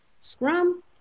Scrum